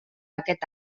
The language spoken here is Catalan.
aquest